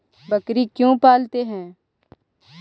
बकरी क्यों पालते है?